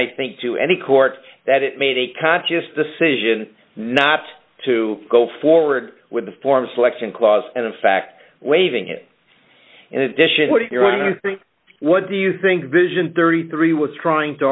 i think to any court that it made a conscious decision not to go forward with the form selection clause and in fact waiving it in addition to what do you think vision thirty three was trying to